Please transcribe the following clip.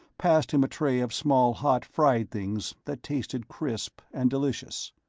passed him a tray of small hot fried things that tasted crisp and delicious.